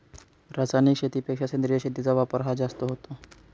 रासायनिक शेतीपेक्षा सेंद्रिय शेतीचा वापर हा जास्त होतो